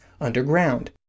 underground